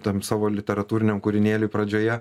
tam savo literatūriniam kūrinėlį pradžioje